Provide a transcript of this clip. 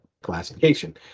classification